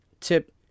Tip